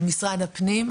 משרד הפנים,